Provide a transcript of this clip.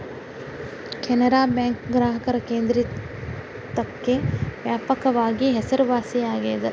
Canara bank ಗ್ರಾಹಕರ ಕೇಂದ್ರಿಕತೆಕ್ಕ ವ್ಯಾಪಕವಾಗಿ ಹೆಸರುವಾಸಿಯಾಗೆದ